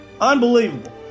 Unbelievable